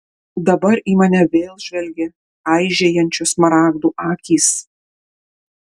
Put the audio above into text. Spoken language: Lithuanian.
dabar į mane vėl žvelgė aižėjančių smaragdų akys